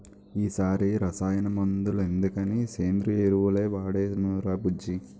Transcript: ఈ సారి రసాయన మందులెందుకని సేంద్రియ ఎరువులే వాడేనురా బుజ్జీ